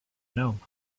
gnome